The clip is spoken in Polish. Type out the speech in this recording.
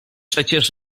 przecież